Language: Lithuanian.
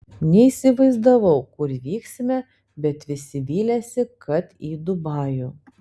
neįsivaizdavau kur vyksime bet visi vylėsi kad į dubajų